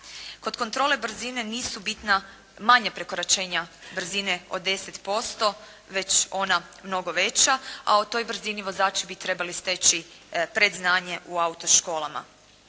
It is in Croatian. Kod kontrole brzine nisu bitna manja prekoračenja brzine od 10% već ona mnogo veća a o toj brzini vozači bi trebali steći predznanje u autoškolama.